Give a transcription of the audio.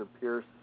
Pierce